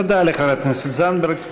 תודה לחברת הכנסת זנדברג.